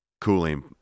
cooling